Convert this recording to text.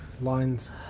lines